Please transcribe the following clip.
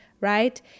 right